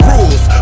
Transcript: Rules